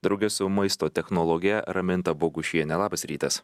drauge su maisto technologe raminta bogušiene labas rytas